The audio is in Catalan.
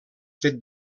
fet